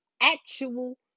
actual